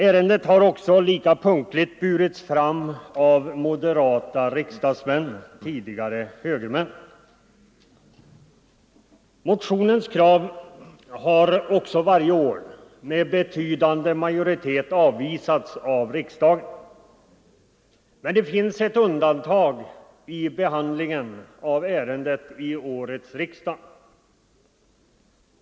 Ärendet har också lika punktligt burits fram av moderata riksdagsmän, tidigare högermän. Motionens krav har även varje år med betydande majoritet avvisats av riksdagen. Men det finns ett undantag i behandlingen av ärendet vid årets riksdag.